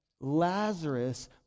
Lazarus